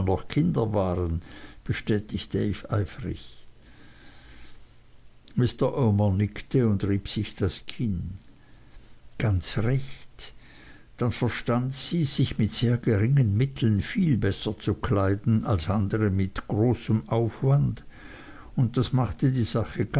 noch kinder waren bestätigte ich eifrig mr omer nickte und rieb sich das kinn ganz recht dann verstand sie sich mit sehr geringen mitteln viel besser zu kleiden als andere sich mit großem aufwand und das machte die sache